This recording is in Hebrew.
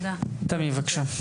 תמי, בבקשה.